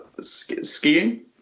skiing